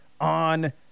on